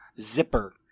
Zipper